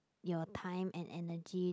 your time and energy